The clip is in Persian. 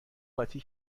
قاطی